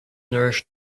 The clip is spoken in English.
nourished